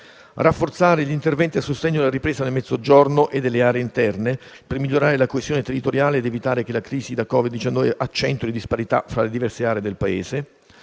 Rafforzare gli interventi a sostegno della ripresa nel Mezzogiorno e nelle aree interne, per migliorare la coesione territoriale ed evitare che la crisi da Covid-19 accentui le disparità fra le diverse aree del Paese.